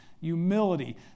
humility